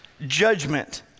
judgment